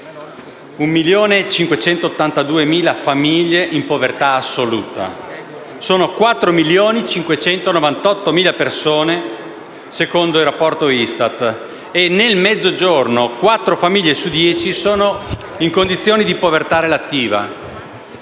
1.582.000 famiglie in povertà assoluta. Sono 4.598.000 persone secondo il rapporto ISTAT e nel Mezzogiorno quattro famiglie su dieci sono in condizioni di povertà relativa.